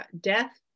death